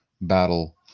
battle